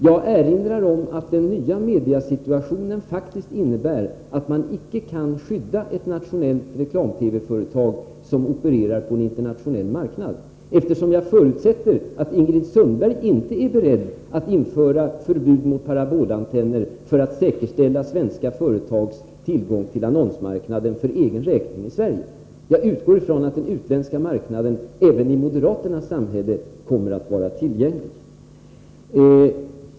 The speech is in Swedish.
Jag erinrar om att den nya mediesituationen faktiskt innebär att man icke kan skydda ett nationellt reklam-TV-företag som opererar på en internationell marknad, eftersom jag förutsätter att Ingrid Sundberg inte är beredd att införa förbud mot parabolantenner för att säkerställa svenska företags tillgång till annonsmarknaden i Sverige för egen räkning. Jag utgår ifrån att den utländska marknaden även i moderaternas samhälle kommer att vara tillgänglig.